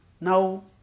now